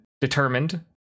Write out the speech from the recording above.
determined